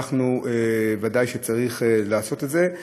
ודאי שצריך לעשות את זה.